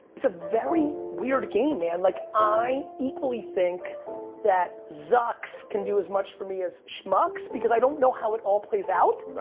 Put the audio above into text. it's a very weird game, man. like, i equally think that zucks can do as much for me as schmucks, because i don't know how it all plays out. right.